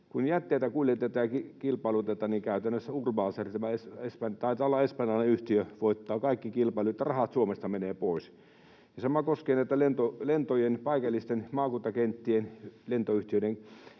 kun jätteitä kuljetetaan ja kilpailutetaan, niin käytännössä Urbaser — taitaa olla espanjalainen yhtiö — voittaa kaikki kilpailut, ja rahat Suomesta menevät pois. Ja sama koskee näitä paikallisten maakuntakenttien lentoyhtiöiden